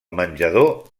menjador